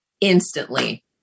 instantly